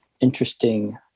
interesting